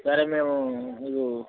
సరే మేము మీకు